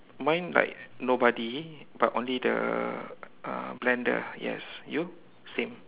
mine like nobody but only the uh blender yes you same